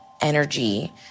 energy